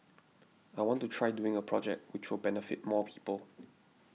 I want to try doing a project which will benefit more people